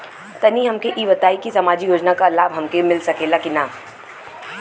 तनि हमके इ बताईं की सामाजिक योजना क लाभ हमके मिल सकेला की ना?